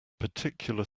particular